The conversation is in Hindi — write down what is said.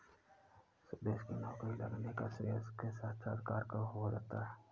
सुदेश की नौकरी लगने का श्रेय उसके साक्षात्कार को जाता है